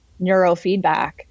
neurofeedback